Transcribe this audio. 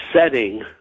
setting